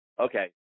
Okay